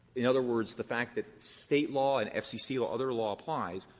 in other words, the fact that state law and fcc or other law applies.